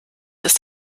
ist